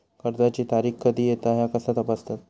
कर्जाची तारीख कधी येता ह्या कसा तपासतत?